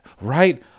right